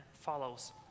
follows